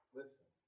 listen